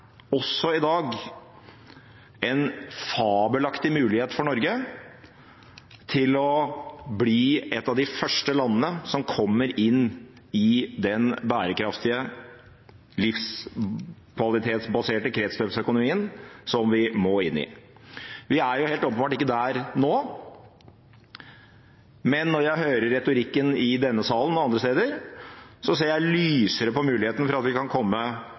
en fabelaktig mulighet for Norge til å bli et av de første landene som kommer inn i den bærekraftige, livkvalitetsbaserte kretsløpsøkonomien som vi må inn i. Vi er helt åpenbart ikke der nå, men når jeg hører retorikken i denne salen og andre steder, ser jeg lysere på muligheten for at vi kan komme